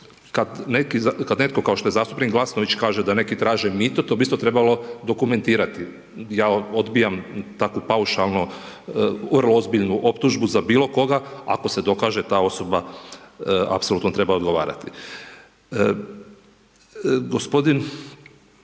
kad netko kao što je zastupnik Glasnović kaže da neki traže mito, to bi isto trebalo dokumentirati. Ja odbijam takvu paušalno vrlo ozbiljnu optužbu za bilo koga, ako se dokaže ta osoba apsolutno treba odgovarati. G. Boris